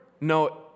No